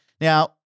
Now